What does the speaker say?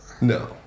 No